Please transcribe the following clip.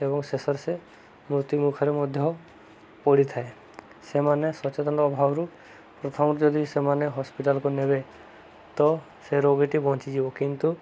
ଏବଂ ଶେଷରେ ସେ ମୃତ୍ୟୁମୁଖରେ ମଧ୍ୟ ପଡ଼ିଥାଏ ସେମାନେ ସଚେତନ ଅଭାବରୁ ପ୍ରଥମେ ଯଦି ସେମାନେ ହସ୍ପିଟାଲକୁ ନେବେ ତ ସେ ରୋଗଟି ବଞ୍ଚିଯିବ କିନ୍ତୁ